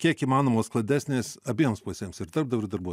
kiek įmanoma sklandesnės abiems pusėms ir darbdaviui ir darbuotojui